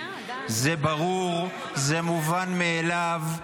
זה ברור, זה מובן מאליו.